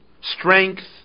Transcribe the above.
strength